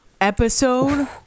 episode